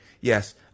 yes